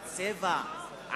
על צבע,